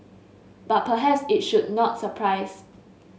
but perhaps it should not surprise